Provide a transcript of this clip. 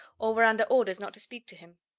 or were under orders not to speak to him.